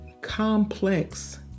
complex